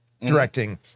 directing